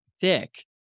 thick